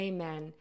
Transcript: Amen